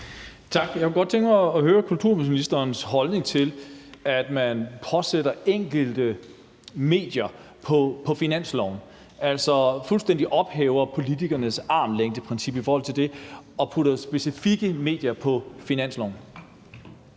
Tak. Jeg kunne godt tænke mig at høre kulturministerens holdning til, at man sætter specifikke medier på finansloven og altså fuldstændig ophæver politikernes armslængdeprincip i forhold til det. Kl. 15:58 Den fg. formand